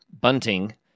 Bunting